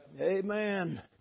Amen